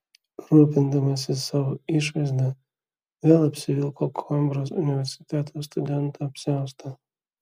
rūpindamasis savo išvaizda vėl apsivilko koimbros universiteto studento apsiaustą